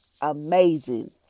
amazing